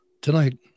Tonight